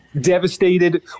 Devastated